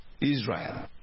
Israel